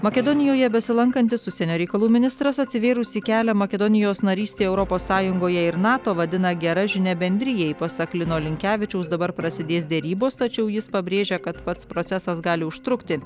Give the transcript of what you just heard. makedonijoje besilankantis užsienio reikalų ministras atsivėrusį kelią makedonijos narystei europos sąjungoje ir nato vadina gera žinia bendrijai pasak lino linkevičiaus dabar prasidės derybos tačiau jis pabrėžia kad pats procesas gali užtrukti